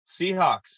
Seahawks